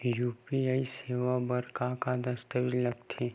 UPI सेवा बर का का दस्तावेज लगथे?